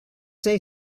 say